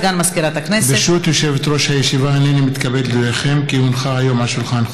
אין מתנגדים, אין נמנעים.